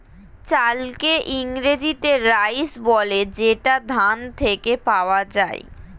চালকে ইংরেজিতে রাইস বলে যেটা ধান থেকে পাওয়া যায়